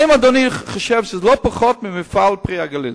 האם אדוני חושב שזה פחות ממפעל "פרי הגליל"?